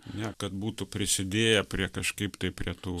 ne kad būtų prisidėję prie kažkaip tai prie tų